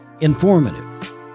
Informative